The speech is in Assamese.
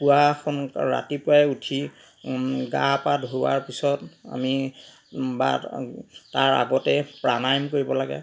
পুৱা সোন ৰাতিপুৱাই উঠি গা পা ধোৱাৰ পিছত আমি বা তাৰ আগতে প্ৰাণায়ম কৰিব লাগে